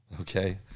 Okay